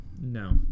No